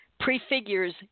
Prefigures